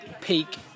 peak